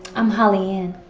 i'm holly-ann.